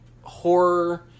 horror